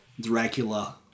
Dracula